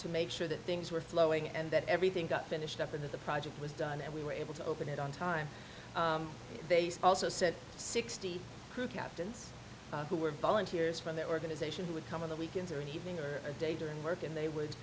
to make sure that things were flowing and that everything got finished up in the project was done and we were able to open it on time they also said sixty two captains who were volunteers from the organization would come on the weekends or in the evening or a day during work and they would